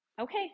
okay